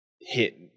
hit